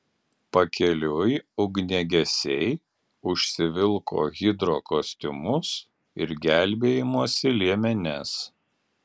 pakeliui ugniagesiai užsivilko hidrokostiumus ir gelbėjimosi liemenes